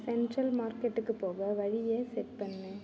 central மார்க்கெட்டுக்குப் போக வழியை செட் பண்ணு